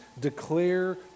declare